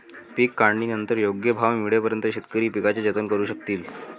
पीक काढणीनंतर योग्य भाव मिळेपर्यंत शेतकरी पिकाचे जतन करू शकतील